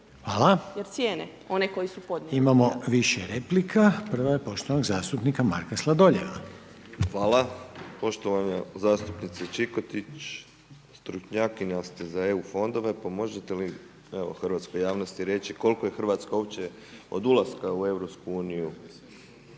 Hvala. Imamo više replika, prva je poštovanog zastupnika Marka Sladoljeva. **Sladoljev, Marko (MOST)** Hvala. Poštovana zastupnice Čikotić, stručnjakinja ste za EU fondove pa možete li evo hrvatskoj javnosti reći, koliko je Hrvatska uopće od ulaska u EU